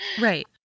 right